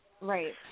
Right